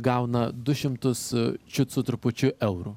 gauna du šimtus čiut su trupučiu eurų